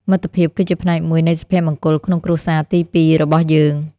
មិត្តភាពគឺជាផ្នែកមួយនៃសុភមង្គលក្នុងគ្រួសារទីពីររបស់យើង។